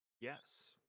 Yes